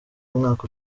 umwaka